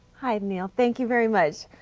hi, neil. thank you very much.